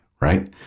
right